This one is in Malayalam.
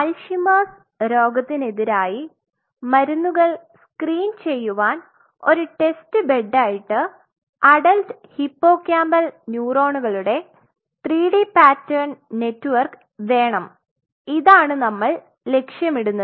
അൽഷെയ്മേഴ്സ്Alzheimer's രോഗത്തിനെതിരായി മരുന്നുകൾ സ്ക്രീൻ ചെയുവാൻ ഒരു ടെസ്റ്റ് ബെഡായിട്ടു അഡൽറ്റ് ഹിപ്പോകാമ്പൽ ന്യൂറോണുകളുടെ 3D പാറ്റേൺ നെറ്റ്വർക്ക് വേണം ഇതാണ് നമ്മൾ ലക്ഷ്യമിടുന്നത്